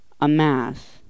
amass